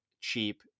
cheap